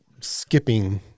skipping